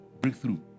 breakthrough